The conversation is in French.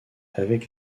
avec